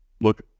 look